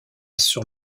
sur